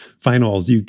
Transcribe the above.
Finals